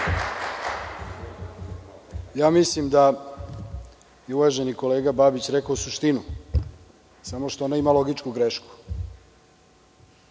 Mislim da je uvaženi kolega Babić rekao suštinu samo što ona ima logičku grešku. Dakle,